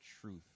truth